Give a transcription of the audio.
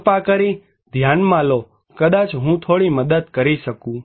કૃપા કરી ધ્યાનમાં લો કદાચ હું થોડી મદદ કરી શકું